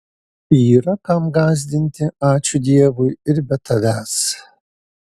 yra kam gąsdinti ačiū dievui ir be tavęs